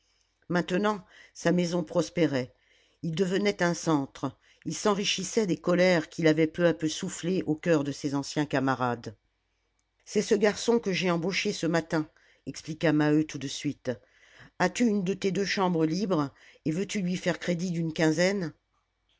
maintenant sa maison prospérait il devenait un centre il s'enrichissait des colères qu'il avait peu à peu soufflées au coeur de ses anciens camarades c'est ce garçon que j'ai embauché ce matin expliqua maheu tout de suite as-tu une de tes deux chambres libre et veux-tu lui faire crédit d'une quinzaine